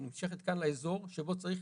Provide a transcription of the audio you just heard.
היא נמשכת כאן לאזור שבו צריך